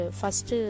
first